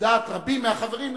לדעת רבים מהחברים,